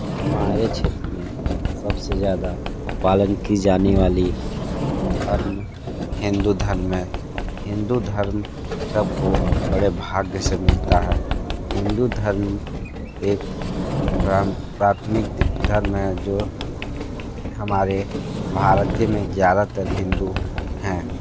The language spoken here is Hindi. हमारे क्षेत्र में सबसे ज़्यादा पालन की जाने वाली धर्म हिंदू धर्म है हिंदू धर्म सबको बड़े भाग्य से मिलता है हिंदू धर्म एक प्राथमिक धर्म है जो हमारे भारत में ज़्यादातर हिंदू हैं